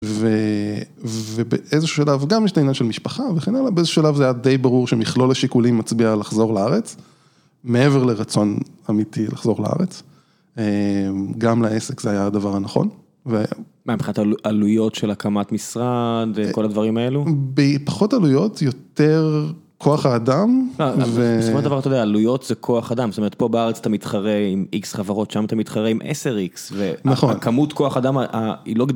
ובאיזשהו שלב, גם יש את העניין של משפחה, וכן הלאה, באיזשהו שלב זה היה די ברור שמכלול השיקולים מצביע לחזור לארץ, מעבר לרצון אמיתי לחזור לארץ, גם לעסק זה היה הדבר הנכון. מהמפחד עלויות של הקמת משרד וכל הדברים האלו? פחות עלויות, יותר כוח האדם. בסופו הדבר אתה יודע, עלויות זה כוח אדם, זאת אומרת פה בארץ אתה מתחרה עם איקס חברות, שם אתה מתחרה עם עשר איקס, והקמות כוח אדם היא לא גדולה.